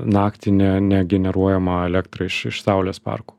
naktį ne negeneruojamą elektrą iš iš saulės parkų